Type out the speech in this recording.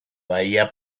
bahía